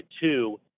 two